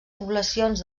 poblacions